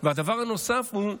והדבר הנוסף הוא,